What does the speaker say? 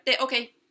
okay